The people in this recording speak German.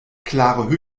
klare